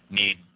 need